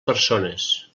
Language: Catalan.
persones